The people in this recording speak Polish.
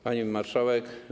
Pani Marszałek!